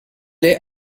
les